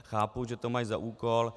Chápu, že to mají za úkol.